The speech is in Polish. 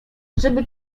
żeby